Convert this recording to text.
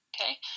okay